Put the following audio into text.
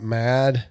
mad